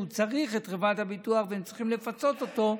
כשהוא צריך את חברת הביטוח והם צריכים לפצות אותו,